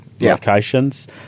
locations